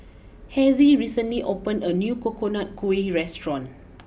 Hezzie recently opened a new Coconut Kuih restaurant